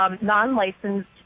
non-licensed